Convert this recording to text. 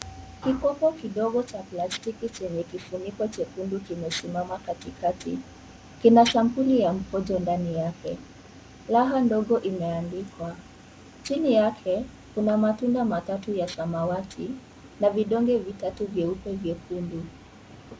Kikopo kidogo cha plastiki chenye kifuniko chekundu kimesimama katikati. Kina sampuli ya mkojo ndani yake ,laha ndogo imeandikwa. Chini yake kuna matunda matatu ya samawati na vidonge vitatu vyeupe vyekundu.